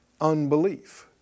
unbelief